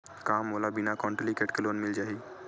का मोला बिना कौंटलीकेट के लोन मिल जाही?